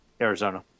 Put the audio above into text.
Arizona